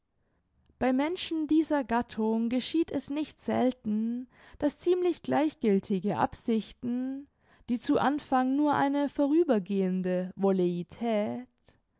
bei menschen dieser gattung geschieht es nicht selten daß ziemlich gleichgiltige absichten die zu anfang nur eine vorübergehende vollität